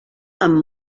amb